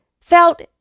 felt